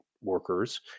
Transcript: workers